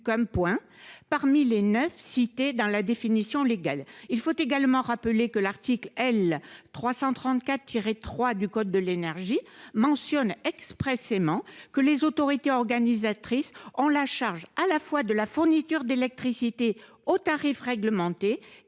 neuf points cités dans la définition légale. Il faut également rappeler que l’article L. 334 3 du code de l’énergie mentionne expressément le fait que les autorités organisatrices ont la charge à la fois de la fourniture d’électricité aux tarifs réglementés